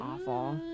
awful